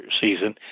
season